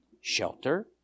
shelter